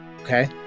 Okay